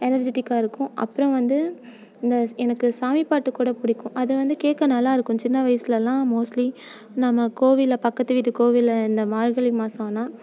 எனர்ஜிடிக்கா இருக்கும் அப்புறோம் வந்து இந்த எனக்கு சாமி பாட்டு கூட பிடிக்கும் அது வந்து கேட்க நல்லாயிருக்கும் சின்ன வயசுலெலாம் மோஸ்ட்லி நம்ம கோவிலில் பக்கத்து வீட்டு கோவிலில் இந்த மார்கழி மாசம் ஆனால்